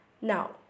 Now